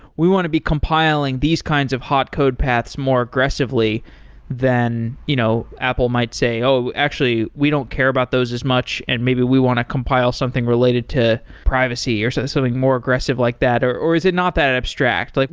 we want to be compiling these kinds of hot code paths more aggressively than you know apple might say, oh, actually, we don't care about those as much, and maybe we want to compile something related to privacy or so something more aggressive like that, or or is it not that abstract? like